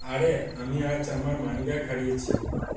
আরে আমি আজ আমার মানিব্যাগ হারিয়েছি